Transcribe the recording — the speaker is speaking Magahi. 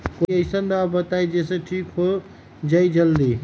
कोई अईसन दवाई बताई जे से ठीक हो जई जल्दी?